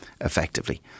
effectively